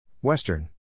Western